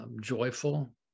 joyful